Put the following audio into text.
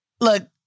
Look